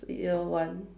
year one